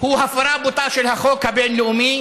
הוא הפרה בוטה של החוק הבין-לאומי,